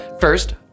First